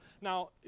Now